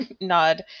nod